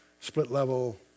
split-level